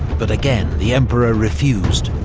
but again, the emperor refused.